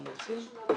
כן.